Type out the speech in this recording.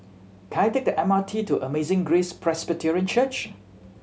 can I take the M R T to Amazing Grace Presbyterian Church